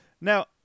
now